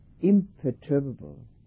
imperturbable